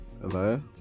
Hello